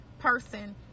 Person